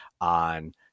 on